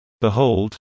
Behold